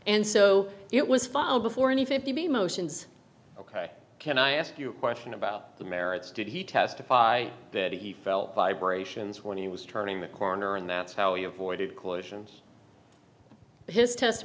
and so it was filed before any fifty motions ok can i ask you a question about the merits did he testify that he felt vibrations when he was turning the corner and that's how you avoided causations his test